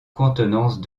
contenance